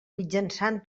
mitjançant